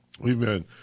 Amen